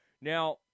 Now